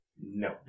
No